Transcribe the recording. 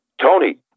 Tony